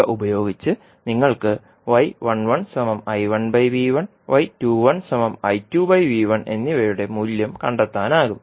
ഇവ ഉപയോഗിച്ച് നിങ്ങൾക്ക് എന്നിവയുടെ മൂല്യം കണ്ടെത്താനാകും